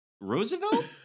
Roosevelt